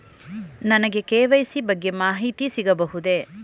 ನನಗೆ ಕೆ.ವೈ.ಸಿ ಬಗ್ಗೆ ಮಾಹಿತಿ ಸಿಗಬಹುದೇ?